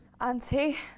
Auntie